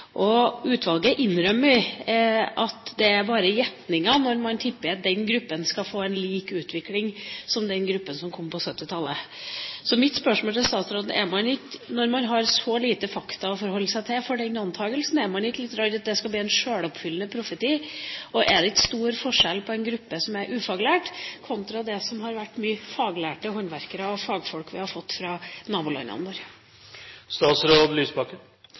Utvalget innrømmer at det bare er gjetninger når man tipper at den gruppen skal få en lik utvikling som den gruppen som kom på 1970-tallet. Så mitt spørsmål til statsråden er: Når man har så lite fakta å forholde seg til for den antagelsen, er man ikke litt redd for at det skal bli en sjøloppfyllende profeti? Og er det ikke stor forskjell på en gruppe som er ufaglært, kontra de mange faglærte håndverkere og fagfolk vi har fått fra nabolandene